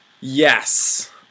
Yes